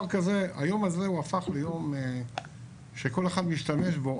היום הזה הוא הפך ליום שכל אחד משתמש בו.